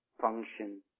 function